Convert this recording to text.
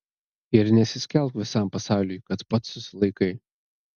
ir nesiskelbk visam pasauliui kad pats susilaikai